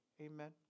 Amen